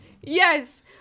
Yes